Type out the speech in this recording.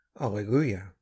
alleluia